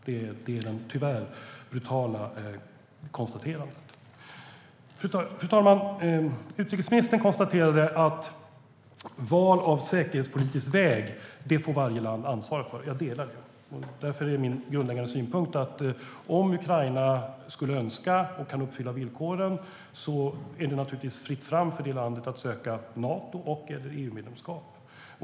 Det är, tyvärr, det brutala konstaterandet. Fru talman! Utrikesministern konstaterade att val av säkerhetspolitisk väg får varje land ansvara för. Jag delar den uppfattningen. Därför är min grundläggande synpunkt att om Ukraina skulle önska, och kan uppfylla villkoren, är det naturligtvis fritt fram för landet att söka Nato eller EU-medlemskap.